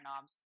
knobs